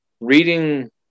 reading